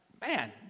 man